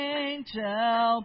angel